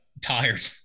tired